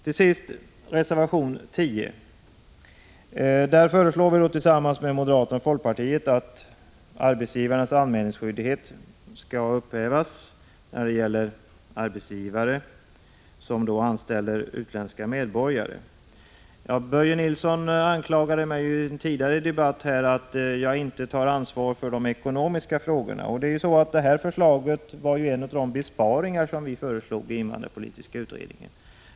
I reservation 10 föreslår vi tillsammans med moderaterna och folkpartiet att arbetsgivarens anmälningsskyldighet skall upphävas vid anställning av utländska medborgare. I en tidigare debatt anklagade Börje Nilsson mig för att inte ta ansvar i de ekonomiska frågorna. Detta förslag utgjorde en av de besparingar som vi föreslog i invandrarpolitiska utredningen.